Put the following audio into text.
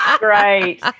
Great